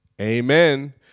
Amen